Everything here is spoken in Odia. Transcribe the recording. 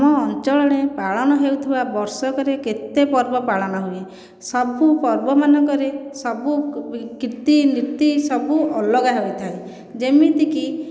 ଆମ ଅଞ୍ଚଳରେ ପାଳନ ହେଉଥିବା ବର୍ଷକରେ କେତେ ପର୍ବ ପାଳନ ହୁଏ ସବୁ ପର୍ବ ମାନଙ୍କରେ ସବୁ କିର୍ତ୍ତୀ ନୀତି ସବୁ ଅଲଗା ହୋଇଥାଏ ଯେମିତିକି